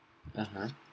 (uh huh)